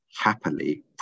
happily